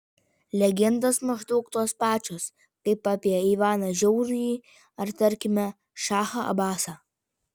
legendos maždaug tos pačios kaip apie ivaną žiaurųjį ar tarkime šachą abasą